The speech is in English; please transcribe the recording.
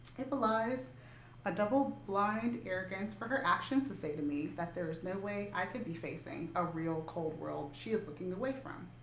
it belies a double-blind arrogance for her actions to say to me that there is no way i could be facing a real, cold world she is looking away from.